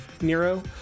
Nero